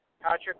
patrick